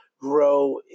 grow